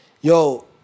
yo